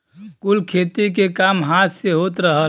कुल खेती के काम हाथ से होत रहल